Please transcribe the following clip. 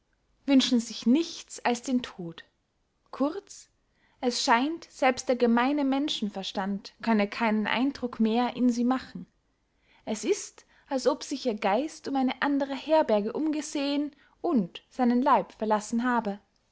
wünschen sich nichts als den tod kurz es scheint selbst der gemeine menschenverstand könne keinen eindruck mehr in sie machen es ist als ob sich ihr geist um eine andere herberge umgesehen und seinen leib verlassen habe